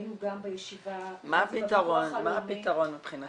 היינו גם בישיבה -- מה הפתרון מבחינתכם?